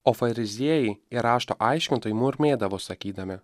o fariziejai ir rašto aiškintojai murmėdavo sakydami